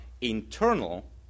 internal